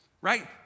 right